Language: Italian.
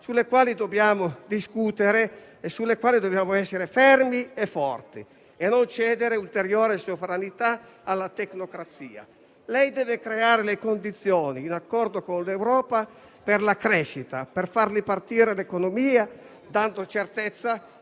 sulle quali dobbiamo discutere e sulle quali dobbiamo essere fermi e forti, senza cedere ulteriore sovranità alla tecnocrazia. Lei, signor Presidente del Consiglio, deve creare le condizioni, in accordo con l'Europa, per la crescita e per far ripartire l'economia dando certezza